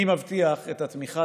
אני מבטיח שהתמיכה,